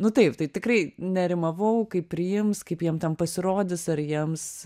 nu taip tai tikrai nerimavau kaip priims kaip jiem ten pasirodys ar jiems